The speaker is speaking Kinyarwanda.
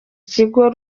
kigo